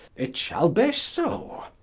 it shall bee so.